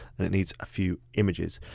and it needs a few images.